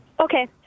Okay